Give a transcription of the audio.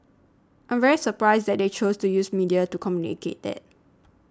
I'm very surprised that they choose to use media to communicate that